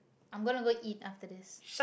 I'm gonna go eat after this